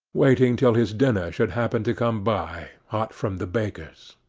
waiting till his dinner should happen to come by, hot from the baker's.